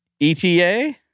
ETA